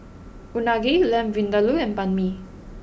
Unagi Lamb Vindaloo and Banh Mi